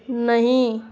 نہیں